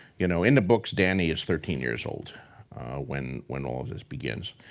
you know in the books, dany is thirteen years old when when all this begins.